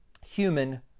human